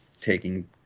taking